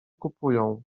kupują